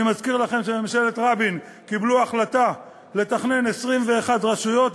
אני מזכיר לכם שבממשלת רבין קיבלו החלטה לתכנן 21 רשויות,